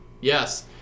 Yes